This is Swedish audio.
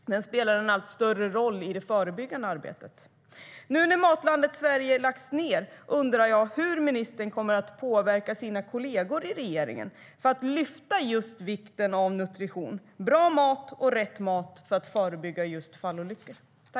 Maten spelar en allt större roll i det förebyggande arbetet.